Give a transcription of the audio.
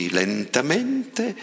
lentamente